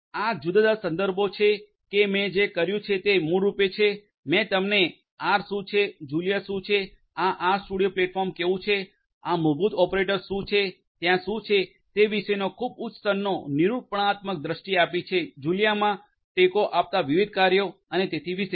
આ જુદાં જુદાં સંદર્ભો છે કે મેં જે કર્યું છે તે મૂળરૂપે છે મેં તમને આર શું છે જુલિયા શું છે આ આરસ્ટુડિયો પ્લેટફોર્મ કેવું છે આ મૂળભૂત ઓપરેટર્સ શું છે ત્યાં શું છે તે વિશેનો ખૂબ ઉચ્ચ સ્તરનો નિરૂપણાત્મક દૃષ્ટિ આપી છે જુલિયામાં ટેકો આપતા વિવિધ કાર્યો અને તેથી વિશેષ